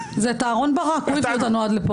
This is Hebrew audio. זה את אהרן ברק, הוא הביא אותנו עד לפה.